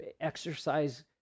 exercise